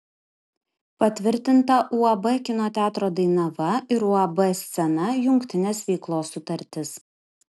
patvirtinta uab kino teatro dainava ir uab scena jungtinės veiklos sutartis